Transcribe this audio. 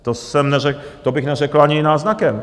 To jsem neřekl, to bych neřekl ani náznakem.